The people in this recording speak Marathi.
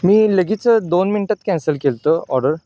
मी लगेच दोन मिनटात कॅन्सल केली होती ऑर्डर